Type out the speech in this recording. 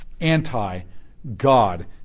anti-God